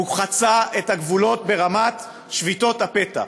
חצה את הגבולות ברמת שביתות הפתע.